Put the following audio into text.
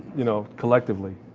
you know, collectively.